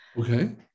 Okay